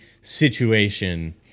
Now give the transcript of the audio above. situation